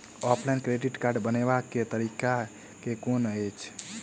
Offline credit card बनाबै केँ तरीका केँ कुन अछि?